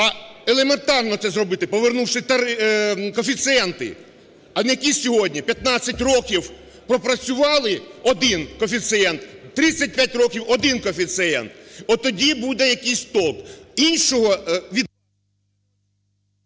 А елементарно це зробити, повернувши коефіцієнти, а не які сьогодні: 15 років пропрацювали – один коефіцієнт, 35 років – один коефіцієнт. От тоді буде якийсь толк.